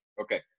Okay